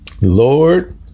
Lord